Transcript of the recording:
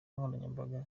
nkoranyambaga